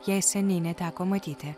jai seniai neteko matyti